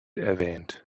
erwähnt